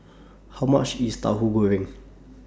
How much IS Tahu Goreng